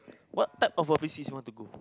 what type of overseas you want to go